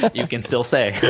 ah you can still say,